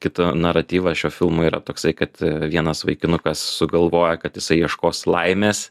kito naratyvas šio filmo yra toksai kad vienas vaikinukas sugalvoja kad jisai ieškos laimės